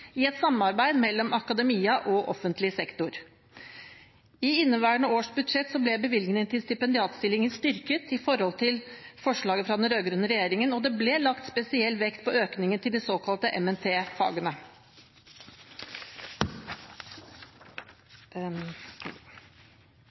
i et samarbeid mellom akademia og offentlig sektor. I inneværende års budsjett ble bevilgningene til stipendiatstillinger styrket i forhold til forslaget fra den rød-grønne regjeringen, og det ble lagt spesielt vekt på økningen til de såkalte